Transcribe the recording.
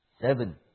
seven